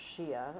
Shia